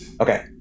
okay